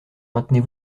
maintenez